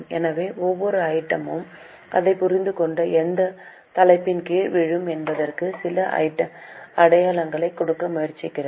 எனவே ஒவ்வொரு ஐட்டம் யும் அதைப் புரிந்துகொண்டு அது எந்த தலைப்பின் கீழ் விழும் என்பதற்கு சில அடையாளங்களைக் கொடுக்க முயற்சிக்கிறது